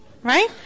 Right